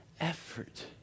effort